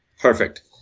Perfect